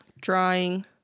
drawing